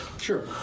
Sure